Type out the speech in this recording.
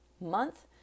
month